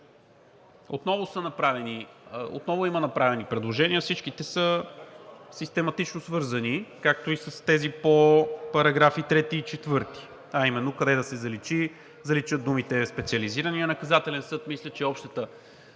отново има направени предложения, всичките са систематично свързани, както и с тези по параграфи 3 и 4, а именно къде да се заличат думите „специализираният наказателен съд“. Мисля, че общата